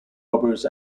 robbers